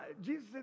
Jesus